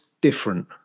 different